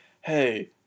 Hey